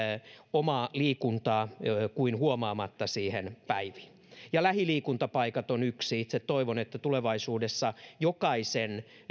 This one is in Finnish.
omaa liikuntaa kuin huomaamatta niihin päiviin ja lähiliikuntapaikat on yksi itse toivon että tulevaisuudessa jokaisen